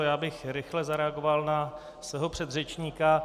Já bych rychle zareagoval na svého předřečníka.